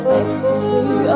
Ecstasy